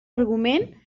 argument